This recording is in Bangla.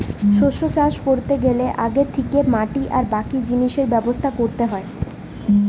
শস্য চাষ কোরতে গ্যালে আগে থিকে মাটি আর বাকি জিনিসের ব্যবস্থা কোরতে হয়